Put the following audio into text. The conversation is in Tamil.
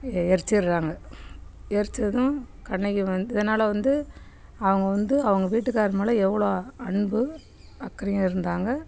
எ எரிச்சுர்ராங்க எரித்ததும் கண்ணகி வந்து இதனாலே வந்து அவங்க வந்து அவங்க வீட்டுக்காரரு மேல் எவ்வளோ அன்பு அக்கறையாக இருந்தாங்க